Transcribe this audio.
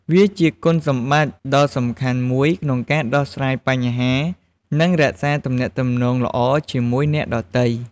វាជាគុណសម្បតិ្តដ៏សំខាន់មួយក្នុងការដោះស្រាយបញ្ហា និងរក្សាទំនាក់ទំនងល្អជាមួយអ្នកដទៃ។